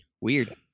Weird